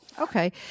Okay